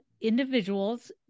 individuals